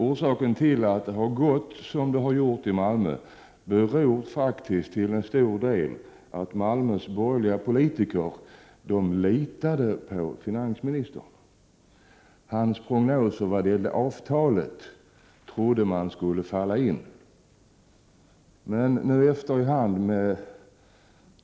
Orsaken till att det har gått som det har gjort i Malmö är faktiskt till stor del att Malmös borgerliga politiker litade på finansministern. Hans prognoser om löneförhandlingarna trodde de borgerliga skulle slå in.